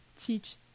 teach